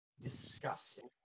Disgusting